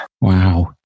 Wow